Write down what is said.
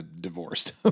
divorced